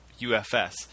UFS